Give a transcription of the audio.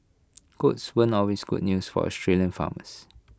goats weren't always good news for Australian farmers